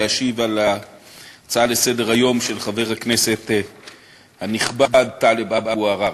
להשיב על ההצעה לסדר-היום של חבר הכנסת הנכבד טלב אבו עראר